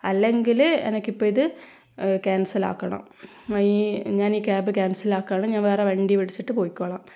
അല്ലെങ്കിൽ എനക്കിപ്പോൾ ഇത് ക്യാൻസൽ ആക്കണം ഈ ഞാൻ ഈ ക്യാബ് ക്യാൻസൽ ആക്കുകയാണ് ഞാൻ വേറെ വണ്ടി പിടിച്ചിട്ട് പോയ്ക്കൊള്ളാം